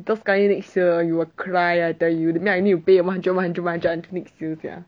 later sekali next year you will cry I tell you then I need to pay one hundred one hundred until next year sia